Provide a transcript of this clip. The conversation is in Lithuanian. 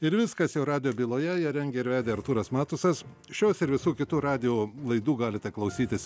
ir viskas jau radijo byloje ją rengė ir vedė artūras matusas šios ir visų kitų radijo laidų galite klausytis